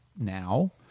now